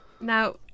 Now